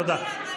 תודה.